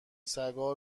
سگا